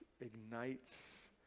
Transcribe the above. ignites